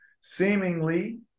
seemingly